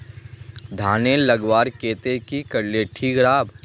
धानेर लगवार केते की करले ठीक राब?